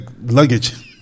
luggage